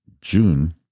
June